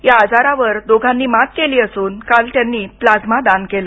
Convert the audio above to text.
या आजारावर त्या दोघानी मात केली असून काल त्यांनी प्लाझ्मा दान केलं